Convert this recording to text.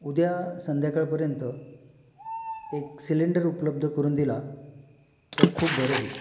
उद्या संध्याकाळपर्यंत एक सिलेंडर उपलब्ध करून दिला तर खूप बरं होईल